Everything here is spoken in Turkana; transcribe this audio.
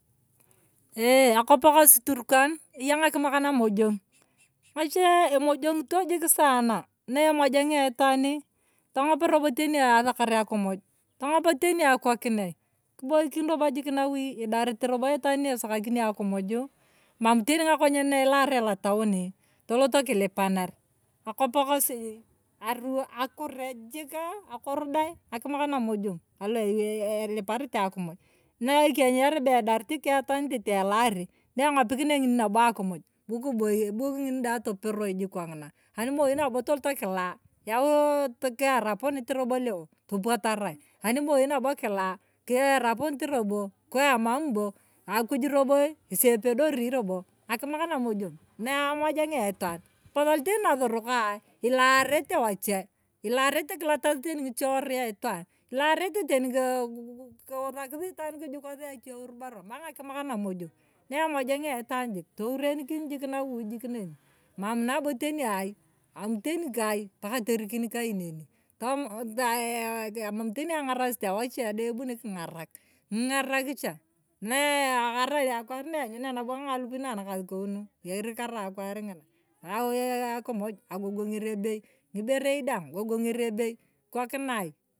Ee akop kosi turkan eya ng'okimaka namojong ng'achie emojong'ito jik sana na emojong'ia itaani tong'op robo teni asakar akamuj. tong'op teni akikokiniai. kiboikin robo jik nawui idarit itaan ni esakaki akumuju mam teni ng'ako nyen na ilaaria lotaoni tolot kilipanar akopokosi aru akure jikia. akoro dai. ng'akimak namojong aluwai iliparete akumuj na ekenyuwaria be idarit ikeetaan nitete elaari niengopikinia ngini nabo akmuj bung'ini dai topero jik kong'ina animoi nabo tonyou kilaa yau kiarapunit rolo leo topwatarai animei nabo kilaa kiaroponit robo kwa emama bo akuju robo ng'esi epedori robo. ng'akimak namojang'ina mojong'ia itaan apasal teni nasorokaa ilaarete wachie ilaarete kilatasi teni ng'iche worui aitaam. ilaarete teni gugu ku kuusakii itaan kujukasii achie ulubaro ambo ng'akimak namojong na emojang'a itaan jik tourenikin nwau jik nen mam nabo teni ai mam teni kai teriken kai neni tom taii mama tenianga'arasit awache dai ebuni king'arak. king'araka cha nee karai akwari na eanyunia nabo ng'alupui na nakasukou kirikarai akwar bng'ina aa akumuj agogong'ei ebei ng'iberei kikokinai.